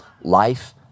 life